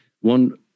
one